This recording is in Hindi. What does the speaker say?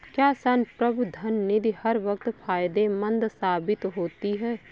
क्या संप्रभु धन निधि हर वक्त फायदेमंद साबित होती है?